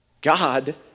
God